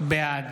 בעד